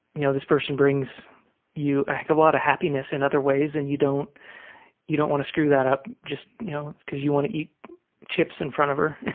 know, this person brings you a lot of happiness in other ways and you don't you don't want to screw that up just, you know, because you want to eat chips in front of her